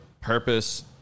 purpose